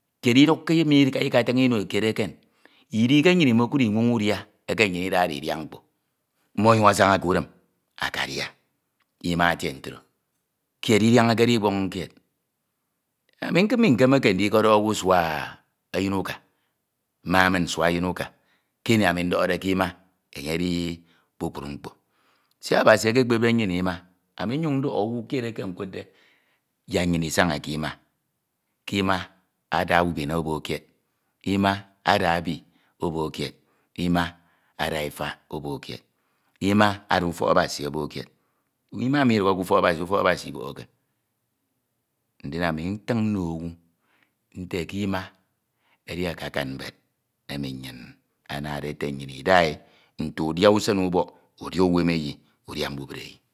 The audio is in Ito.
kied idukke ke mkaha ikatuñ ino kied eken idi ke nnyin imekud inwoñ udia emj nnyin idade idia mkpo mmo onyiñ asaña kú din akadia ima etie ntro kied idiañakere ukpon kied. Ami umekemeke ndikọdọkhọ owu nte suaa enyin uka ma nim sua enyin uka kim ama indọkhode ke ima enye edi kpukpru mkpo sok Abasi ekpepde nnyin ima, ami nnyin ọdọkhọ owu kied eke nkudde yak nnyin isaña ke ima ke ima ada ubin obok kied ima ada ebi obok kied ima ada efok obok kied, ima ada ufok Abasi abok kied ima nidukho ke ufok Abasi, ufok Abasi ibohoke ndin ami ntro nmo owu nte ke ima edi akakan ibed emi nyin adade ete nnyin idae nte udia usenubok udia uwemeyi udia mbubreyii.